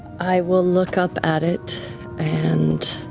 i will look up at it and